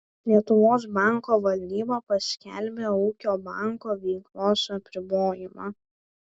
lietuvos banko valdyba paskelbė ūkio banko veiklos apribojimą